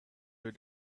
your